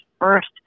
first